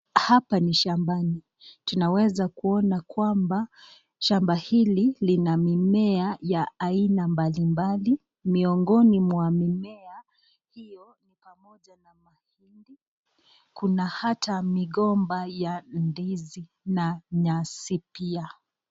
Hapa ni shambani, tunaweza kuona kwamba shamba hili lina mimea ya aina mbalimbali miongoni mwa mimea hiyo ni pamoja na mahindi, kuna hata migomba ya ndizi na nyasi pia.